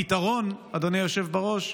הפתרון, אדוני היושב בראש,